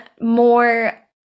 more